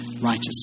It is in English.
righteous